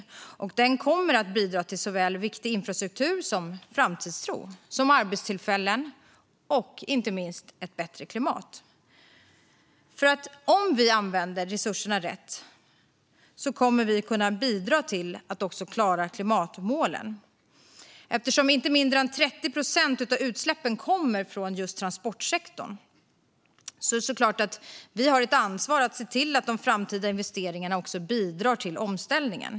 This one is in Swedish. Den kommer att bidra till såväl viktig infrastruktur och framtidstro som arbetstillfällen och inte minst ett bättre klimat. Om vi använder resurserna rätt kommer vi att kunna bidra till att klara klimatmålen. Eftersom inte mindre än 30 procent av utsläppen kommer från just transportsektorn är det klart att vi har ett ansvar att se till att de framtida investeringarna bidrar till omställningen.